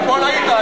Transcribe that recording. אתמול היית,